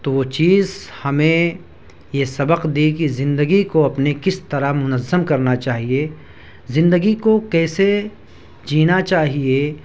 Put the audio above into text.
تو وہ چیز ہمیں یہ سبق دی کہ زندگی کو اپنے کس طرح منظم کرنا چاہیے زندگی کو کیسے جینا چاہیے